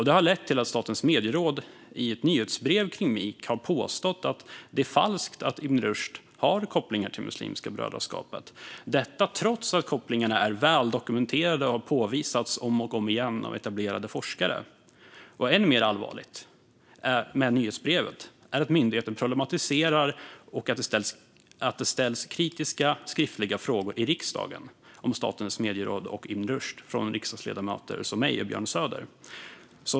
Det har lett till att Statens medieråd i ett nyhetsbrev kring MIK påstått att det är falskt att Ibn Rushd har kopplingar till Muslimska brödraskapet, trots att kopplingarna är väldokumenterade och har påvisats om och om igen av etablerade forskare. Än mer allvarligt med nyhetsbrevet är att myndigheten problematiserar att det ställs kritiska skriftliga frågor i riksdagen om Statens medieråd och Ibn Rushd från riksdagsledamöter som mig och Björn Söder.